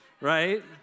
right